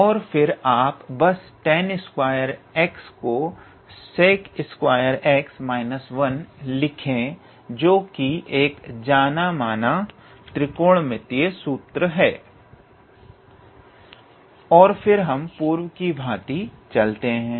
और फिर आप बस 𝑡𝑎𝑛2𝑥 को 𝑠𝑒𝑐2𝑥−1 लिखे जो कि एक जाना माना त्रिकोणमितीय सूत्र है फिर हम पूर्व की भांति चलते हैं